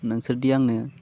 नोंसोरदि आंनो